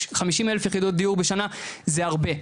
50 אלף יחידות דיור בשנה זה הרבה,